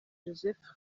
joseph